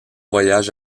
voyage